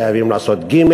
חייבים לעשות ג',